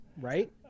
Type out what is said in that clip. right